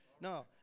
No